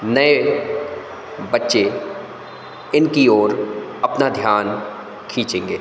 नए बच्चे इनकी ओर अपना ध्यान खीचेंगे